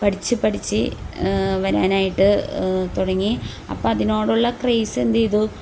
പഠിച്ച് പഠി ച്ച് വരാനായിട്ട് തുടങ്ങി അപ്പം അതിനോടുള്ള ക്രേസ് എന്തുചെയ്തു